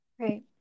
Right